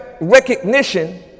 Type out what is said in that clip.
recognition